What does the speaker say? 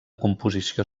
composició